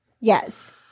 Yes